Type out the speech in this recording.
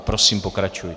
Prosím, pokračujte.